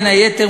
בין היתר,